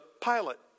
pilot